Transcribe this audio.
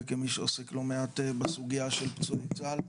כמי שעוסק לא מעט בסוגיה של פצועי צה"ל,